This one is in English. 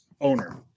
owner